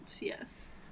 yes